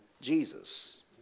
Jesus